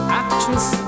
actress